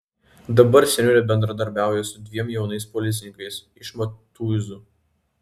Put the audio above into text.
dabar seniūnė bendradarbiauja su dviem jaunais policininkais iš matuizų